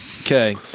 Okay